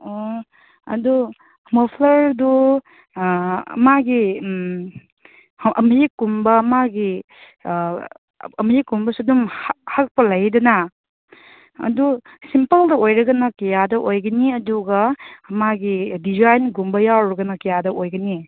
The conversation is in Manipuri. ꯑꯣ ꯑꯗꯨ ꯃꯣꯐ꯭ꯂꯔꯗꯨ ꯃꯥꯒꯤ ꯃꯌꯦꯛꯀꯨꯝꯕ ꯃꯥꯒꯤ ꯃꯌꯦꯛꯀꯨꯝꯕꯁꯨ ꯑꯗꯨꯝ ꯍꯛꯄ ꯂꯩꯗꯅ ꯑꯗꯨ ꯁꯤꯝꯄꯜꯗ ꯑꯣꯏꯔꯒꯅ ꯀꯌꯥꯗ ꯑꯣꯏꯒꯅꯤ ꯑꯗꯨꯒ ꯃꯥꯒꯤ ꯗꯤꯖꯥꯏꯟꯒꯨꯝꯕ ꯌꯥꯎꯔꯒꯅ ꯀꯌꯥꯗ ꯑꯣꯏꯒꯅꯤ